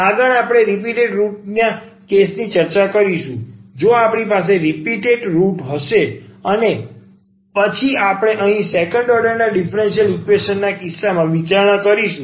આગળ આપણે repeated root ના કેસની ચર્ચા કરીશું જો આપણી પાસે રીપીટેટ રુટ હશે અને પછી આપણે અહીં સેકન્ડ ઓર્ડરના ડીફરન્સીયલ ઈક્વેશન ના કિસ્સામાં વિચારણા કરીશું